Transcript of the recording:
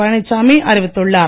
பழனிசாமி அறிவித்துள்ளார்